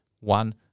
one